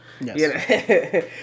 Yes